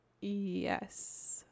Yes